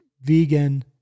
vegan